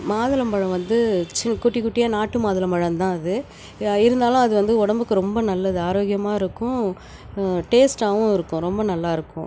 மாதுளம்பழம் வந்து சின்ன குட்டி குட்டியாக நாட்டு மாதுளம் பழந்தான் அது இருந்தாலும் அது வந்து உடம்புக்கு ரொம்ப நல்லது ஆரோக்கியமாக இருக்கும் டேஸ்ட்டாகவும் இருக்கும் ரொம்ப நல்லா இருக்கும்